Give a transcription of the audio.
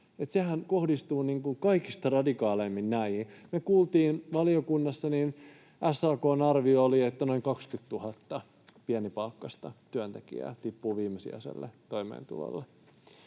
Sehän kohdistuu kaikista radikaaleimmin näihin. Me kuultiin valiokunnassa, että SAK:n arvio oli, että noin 20 000 pienipalkkaista työntekijää tippuu viimesijaiselle toimeentulolle.